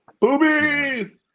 Boobies